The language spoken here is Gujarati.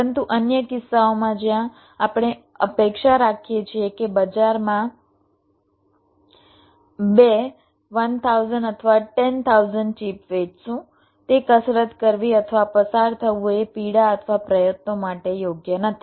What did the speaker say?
પરંતુ અન્ય કિસ્સાઓમાં જ્યાં આપણે અપેક્ષા રાખીએ છીએ કે બજારમાં બે 1000 અથવા 10000 ચિપ વેચશું તે કસરત કરવી અથવા પસાર થવું એ પીડા અથવા પ્રયત્નો માટે યોગ્ય નથી